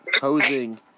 Posing